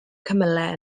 cymylau